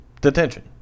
Detention